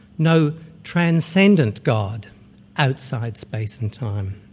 no transcendent god outside space and time.